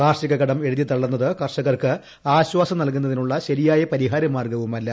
കാർഷിക കടം എഴുതി തള്ളു ന്നത് കർഷകർക്ക് ആശ്വാസം നൽകുന്നതിനുള്ള ശരിയായ പരിഹാര മാർഗവുമല്ല